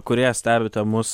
kurie stebite mus